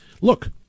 Look